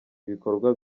ibikorwa